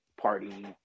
party